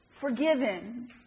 forgiven